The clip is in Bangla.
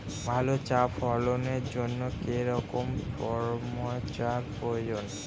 ভালো চা ফলনের জন্য কেরম ময়স্চার প্রয়োজন?